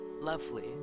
Lovely